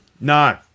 No